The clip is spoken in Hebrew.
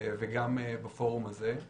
וגם בפורום הזה.